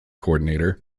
coordinator